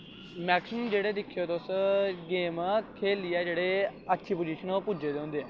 maximum दिक्खेओ तुस game खेल्लियै जेह्ड़े अच्छी पोजिशन पर पुज्जे दे होंदे ऐ